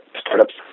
startups